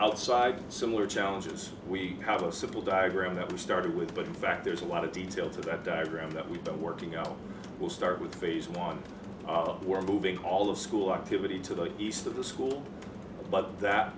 outside similar challenges we have a simple diagram that we started with but in fact there's a lot of detail to that diagram that we don't working out we'll start with the one of we're moving all the school activity to the east of the school but that